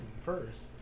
first